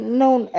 known